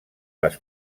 les